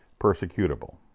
persecutable